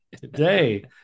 today